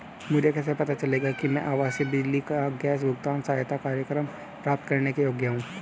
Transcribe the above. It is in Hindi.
मुझे कैसे पता चलेगा कि मैं आवासीय बिजली या गैस भुगतान सहायता कार्यक्रम प्राप्त करने के योग्य हूँ?